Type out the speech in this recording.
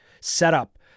setup